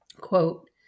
quote